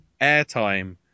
airtime